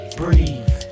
breathe